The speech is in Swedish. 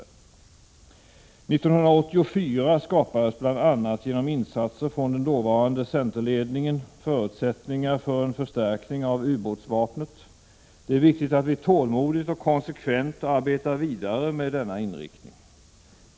År 1984 skapades, bl.a. genom insatser från den dåvarande centerledningen, förutsättningar för en förstärkning av ubåtsvapnet. Det är viktigt att vi tålmodigt och konsekvent arbetar vidare med denna inriktning.